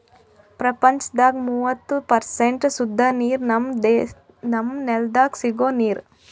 ಪ್ರಪಂಚದಾಗ್ ಮೂವತ್ತು ಪರ್ಸೆಂಟ್ ಸುದ್ದ ನೀರ್ ನಮ್ಮ್ ನೆಲ್ದಾಗ ಸಿಗೋ ನೀರ್